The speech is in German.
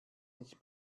nicht